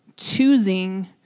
choosing